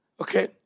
okay